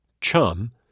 Chum